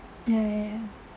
ya ya ya